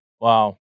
Wow